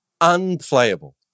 unplayable